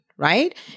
right